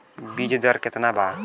बीज दर केतना बा?